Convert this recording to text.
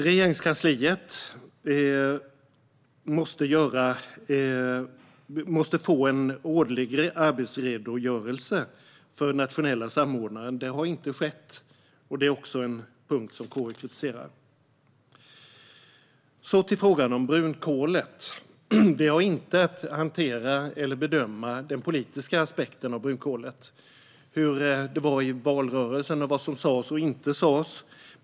Regeringskansliet måste få en årlig arbetsredogörelse för den nationella samordnaren. Det har inte skett, och detta är också en punkt som KU kritiserar. Så till frågan om brunkolet. KU har inte att hantera eller bedöma den politiska aspekten av brunkolet, hur det var i valrörelsen och vad som sas och inte sas.